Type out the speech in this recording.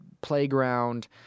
playground